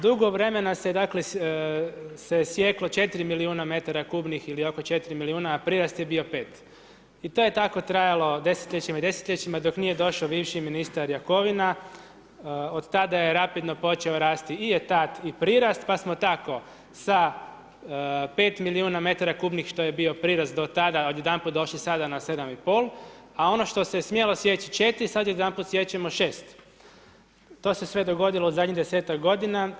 Dugo vremena se dakle, se je sjeklo 4 milijuna metara kubnih ili oko 4 milijuna a prirast je bio 5. I to je tako trajalo desetljećima i desetljećima dok nije došao bivši ministar Jakovina, od tada je rapidno počeo rasti i etat i prirast pa smo tako sa 5 milijuna metara kubnih što je bio prirast do tada odjedanput došli sada na 7,5 a ono što se smjelo sjeći 4, sada odjedanput siječemo 6. To se sve dogodilo zadnjih 10-ak godina.